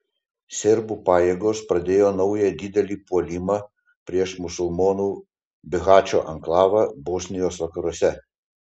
serbų pajėgos pradėjo naują didelį puolimą prieš musulmonų bihačo anklavą bosnijos vakaruose